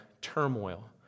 turmoil